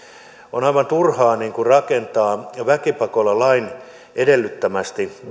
on aivan turhaa rakentaa väkipakolla lain edellyttämiä